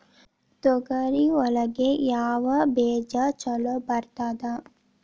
ತೊಗರಿ ಒಳಗ ಯಾವ ಬೇಜ ಛಲೋ ಬರ್ತದ?